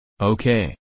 Okay